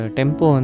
tempo